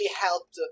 helped